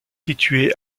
située